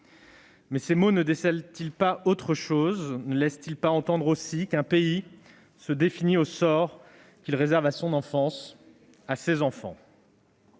Mais ces mots ne révèlent-ils pas autre chose, ne laissent-ils pas entendre, aussi, qu'un pays se définit par le sort qu'il réserve à son enfance, à ses enfants ?